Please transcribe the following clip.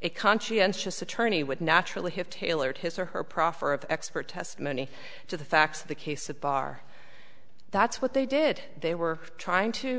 a conscientious attorney would naturally have tailored his or her proffer of expert testimony to the facts of the case at bar that's what they did they were trying to